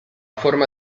forma